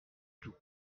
tout